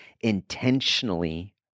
intentionally